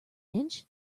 inch